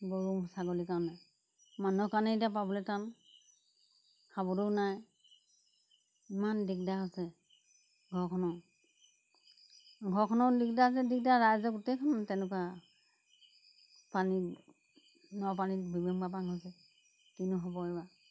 গৰু ছাগলীৰ কাৰণে মানুহৰ কাৰণেই এতিয়া পাবলে টান খাবলৈও নাই ইমান দিগদাৰ হৈছে ঘৰখনৰো ঘৰখনৰ দিগদাৰ যে দিগদাৰ ৰাইজে গোটেইখন তেনেকুৱা পানী নপানীত বিবিং বাবাং হৈছে কিনো হ'ব এইবাৰ